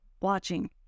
watching